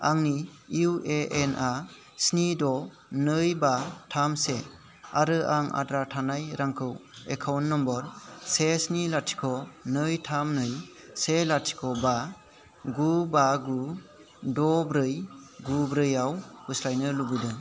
आंनि इउ ए एन आ स्नि द' नै बा थाम से आरो आं आद्रा थानाय रांखौ एकाउन्ट नम्बर से स्नि लाथिख' नै थाम नै से लाथिख' बा गु बा गु द' ब्रै गु ब्रैआव फोस्लायनो लुबैदों